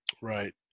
right